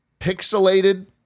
pixelated